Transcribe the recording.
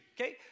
okay